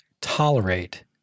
tolerate